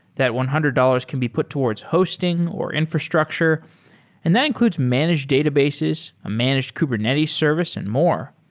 that one hundred dollars can be put towards hosting or infrastructure and that includes managed databases, a managed kubernetes service and more.